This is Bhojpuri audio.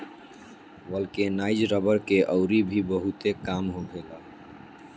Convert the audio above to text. वल्केनाइज रबड़ के अउरी भी बहुते काम होखेला